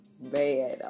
Bad